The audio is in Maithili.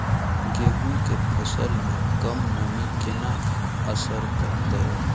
गेंहूँ केँ फसल मे कम नमी केना असर करतै?